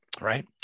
right